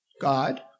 God